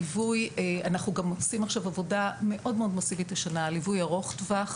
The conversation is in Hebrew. אנחנו גם עושים עכשיו עבודה מאוד מאסיבית השנה על ליווי ארוך טווח